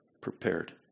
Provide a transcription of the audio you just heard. prepared